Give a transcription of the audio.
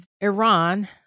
Iran